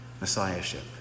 messiahship